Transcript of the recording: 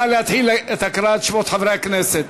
נא להתחיל את הקראת שמות חברי הכנסת.